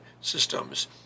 systems